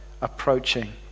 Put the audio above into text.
approaching